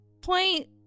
point